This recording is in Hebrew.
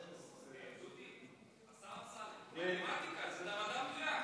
דודי, מתמטיקה, זה מדע מדויק.